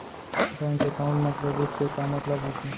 Bank account मा credit के का मतलब होथे?